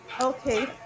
okay